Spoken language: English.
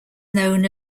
known